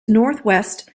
northwest